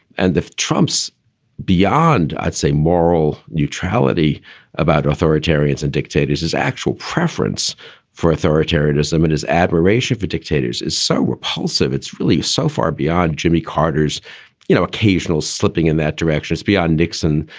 and if trump's beyond, i'd say moral neutrality about authoritarians and dictators, his actual preference for authoritarianism and his admiration for dictators is so repulsive. it's really so far beyond jimmy carter's you know occasional slipping in that direction is beyond nixon,